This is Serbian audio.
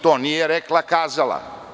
To nije rekla kazala.